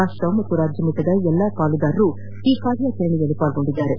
ರಾಷ್ನ ಮತ್ತು ರಾಜ್ಲಮಟ್ಟದ ಎಲ್ಲಾ ಪಾಲುದಾರರು ಈ ಕಾರ್ಯಾಚರಣೆಯಲ್ಲಿ ಪಾಲ್ಗೊಂಡಿದ್ದಾರೆ